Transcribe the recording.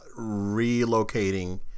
relocating